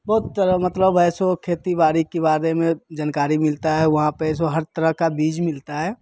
बहुत मतलब ऐसो खेती बाड़ी के बारे में जानकारी मिलता है वहाँ पे सो हर तरह का बीज मिलता है